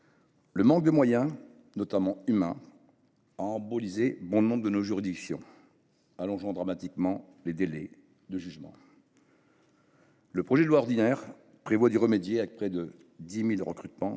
Le manque de moyens, notamment humains, a « embolisé » bon nombre de nos juridictions, ce qui a allongé dramatiquement les délais de jugement. Le projet de loi ordinaire prévoit d’y remédier avec près de 10 000 recrutements,